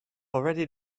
already